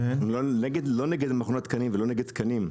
לא נגד מכון התקנים ולא נגד תקנים.